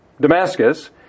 Damascus